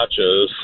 nachos